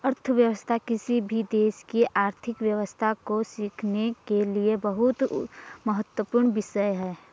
अर्थशास्त्र किसी भी देश की आर्थिक व्यवस्था को सीखने के लिए बहुत महत्वपूर्ण विषय हैं